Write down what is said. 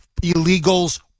illegals